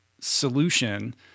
solution